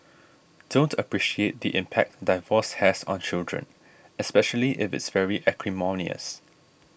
don't appreciate the impact divorce has on children especially if it's very acrimonious